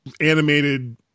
animated